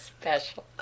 Special